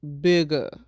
bigger